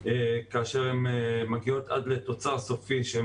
כאשר הן מגיעות עד לתוצר סופי שהן